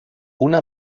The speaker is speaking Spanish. una